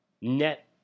net